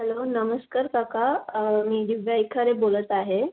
hello नमस्कार काका मी दिव्या इखारे बोलत आहे